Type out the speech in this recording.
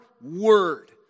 word